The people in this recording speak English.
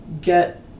get